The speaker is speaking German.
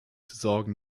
sorgen